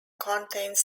contains